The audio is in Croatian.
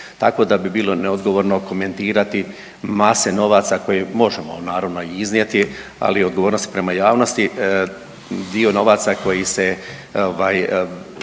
tako da bi bilo neodgovorno komentirati mase novaca koje možemo naravno i iznijeti, ali i odgovornosti prema javnosti dio novaca koji se